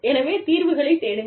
எனவே தீர்வுகளைத் தேடுங்கள்